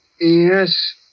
Yes